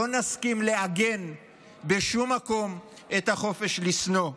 לא נסכים לעגן בשום מקום את החופש לשנוא.